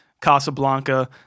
Casablanca